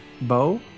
Bo